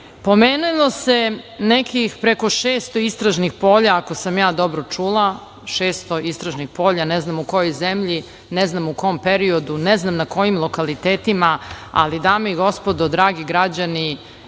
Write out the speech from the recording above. se nekih preko 600 istražnih polja, ako sam ja dobro čula, 600 istražnih polja ne znam u kojoj zemlji, ne znam u kom periodu, ne znam na kojim lokalitetima, ali dame i gospodo, dragi građani